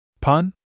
Pun